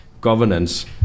governance